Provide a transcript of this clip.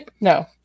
No